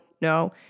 no